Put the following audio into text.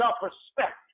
self-respect